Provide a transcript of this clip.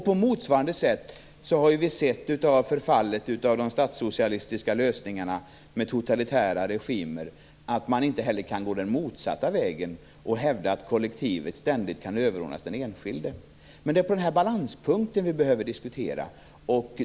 På motsvarande sätt har vi sett av förfallet av de statssocialistiska lösningarna med totalitära regimer att man inte heller kan gå den motsatta vägen och hävda att kollektivet ständigt skall överordnas den enskildes intressen. Det är denna balanspunkt som vi behöver att diskutera.